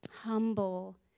Humble